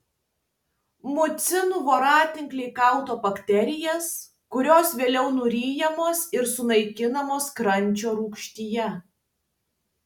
mucinų voratinkliai gaudo bakterijas kurios vėliau nuryjamos ir sunaikinamos skrandžio rūgštyje